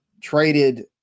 traded